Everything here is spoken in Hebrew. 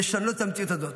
לשנות את המציאות הזאת,